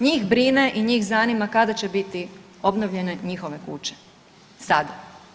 Njih brine i njih zanima kada će biti obnovljene njihove kuće sada.